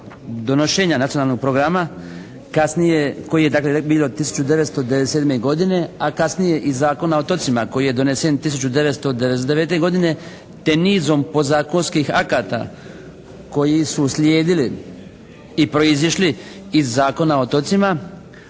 donošenja Nacionalnog programa kasnije, koji dakle bio 1997. godine, a kasnije i Zakona o otocima koji je donesen 1999. godine te nizom podzakonskih akta koji su uslijedili i proizišli iz Zakona o otocima